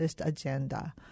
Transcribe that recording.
agenda